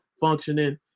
functioning